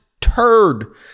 turd